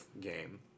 game